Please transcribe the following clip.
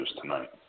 tonight